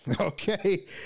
okay